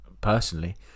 personally